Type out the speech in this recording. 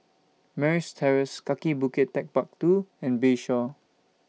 Marines Terrace Kaki Bukit Techpark two and Bayshore